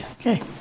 Okay